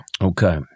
Okay